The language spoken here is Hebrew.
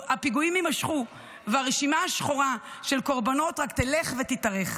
הפיגועים יימשכו והרשימה השחורה של קורבנות רק תלך ותתארך.